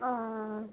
ও